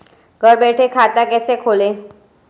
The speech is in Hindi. घर बैठे खाता कैसे खोलें?